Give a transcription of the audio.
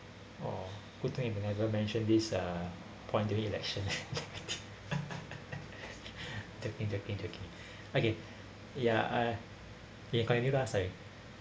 oh good thing you've never mentioned this uh point during election joking joking joking okay ya uh you got any las~